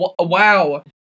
Wow